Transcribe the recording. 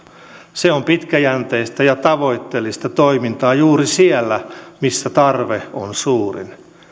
se on pitkäjänteistä ja tavoitteellista toimintaa juuri siellä missä tarve on suurin